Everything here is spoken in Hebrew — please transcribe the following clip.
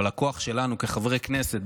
אבל הכוח שלנו כחברי כנסת,